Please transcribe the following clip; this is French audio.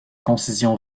concision